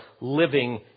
living